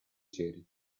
ceri